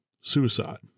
suicide